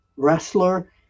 wrestler